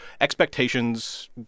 expectations